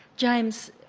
james,